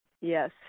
Yes